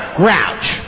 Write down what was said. grouch